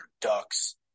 ducks